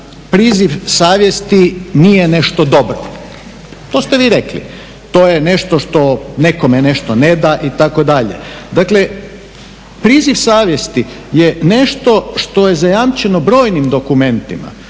priziv savjesti nije nešto dobro, to ste vi rekli. To je nešto što nekome nešto neda itd. Dakle, priziv savjesti je nešto što je zajamčeno brojnim dokumentima,